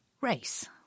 race